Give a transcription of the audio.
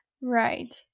right